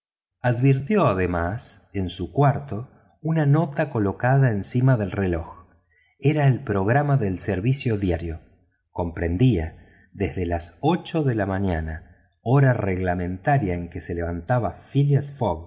advirtió además en su cuarto una nota colocada encima del reloj era el programa del servicio diario comprendía desde las ocho de la mañana hora reglamentaria en que se levantaba phileas